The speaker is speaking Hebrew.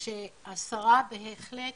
שהשרה בהחלט